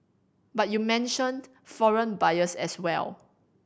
but you mentioned foreign buyers as well